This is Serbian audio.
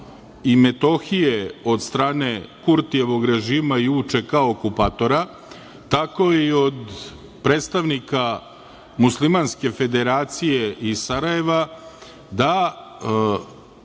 i Metohije, od strane Kurtijevog režima i UČK okupatora, tako i od predstavnika muslimanske federacije iz Sarajeva, da